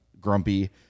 grumpy